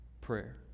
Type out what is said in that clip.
prayer